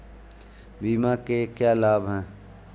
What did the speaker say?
बीमा के क्या लाभ हैं?